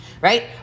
right